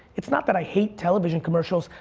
it's not that i hate television commercials,